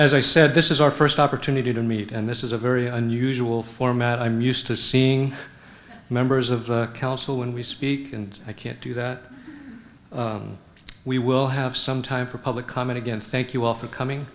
as i said this is our first opportunity to meet and this is a very unusual format i'm used to seeing members of the council when we speak and i can't do that we will have some time for public comment again thank you all for coming